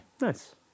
Nice